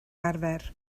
arfer